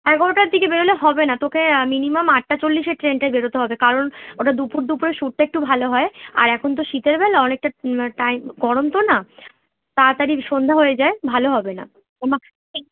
এগারোটার দিকে বেরোলে হবে না তোকে মিনিমাম আটটা চল্লিশের ট্রেনটা বেরোতে হবে কারণ ওটা দুপুর দুপুরে শ্যুটটা একটু ভালো হয় আর এখন তো শীতের বেলা অনেকটা টাইম গরম তো না তাড়াতাড়ি সন্ধ্যা হয়ে যায় ভালো হবে না আম